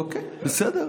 אוקיי, בסדר.